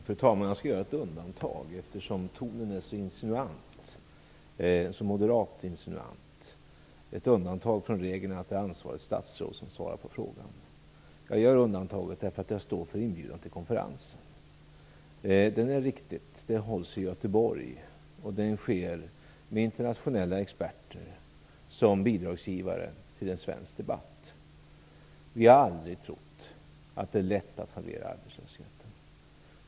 Fru talman! Eftersom tonen är moderat insinuant skall jag göra ett undantag från regeln att det är ansvarigt statsråd som svarar på frågor. Jag gör undantaget eftersom jag står för inbjudan till konferensen. Konferensen hålls i Göteborg. Den sker med internationella experter som bidragsgivare till en svensk debatt. Vi har aldrig trott att det är lätt att halvera arbetslösheten.